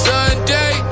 Sunday